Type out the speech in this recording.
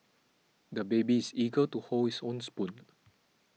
the baby's eager to hold his own spoon